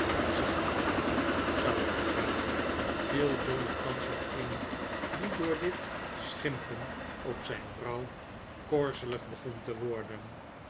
zacht een beetje zou ik u raden viel john er thans op in die door dit schimpen op zijn vrouw korzelig begon te worsen